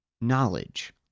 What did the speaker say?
Knowledge